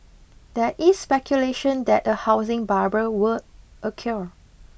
there is speculation that a housing bubble were a cure